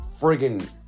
friggin